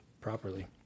properly